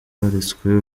beretswe